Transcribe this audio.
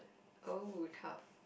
oh tough